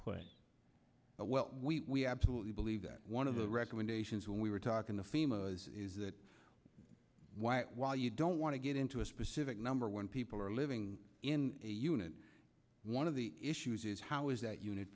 put we absolutely believe that one of the recommendations when we were talking the famous is that while you don't want to get into a specific number when people are living in a unit one of the issues is how is that unit